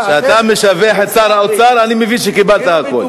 כשאתה משבח את שר האוצר אני מבין שקיבלת הכול.